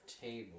table